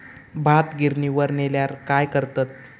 भात गिर्निवर नेल्यार काय करतत?